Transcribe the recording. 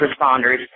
responders